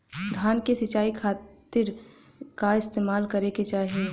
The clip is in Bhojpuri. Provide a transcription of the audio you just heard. धान के सिंचाई खाती का इस्तेमाल करे के चाही?